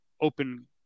open